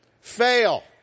fail